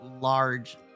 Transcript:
large